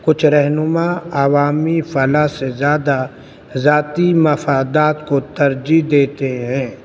کچھ رہنما عوامی فلاح سے زیادہ ذاتی مفادات کو ترجیح دیتے ہیں